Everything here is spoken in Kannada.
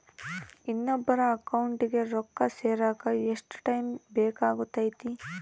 ಇನ್ನೊಬ್ಬರ ಅಕೌಂಟಿಗೆ ರೊಕ್ಕ ಸೇರಕ ಎಷ್ಟು ಟೈಮ್ ಬೇಕಾಗುತೈತಿ?